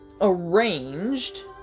arranged